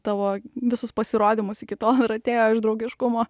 tavo visus pasirodymus iki tol ir atėjo iš draugiškumo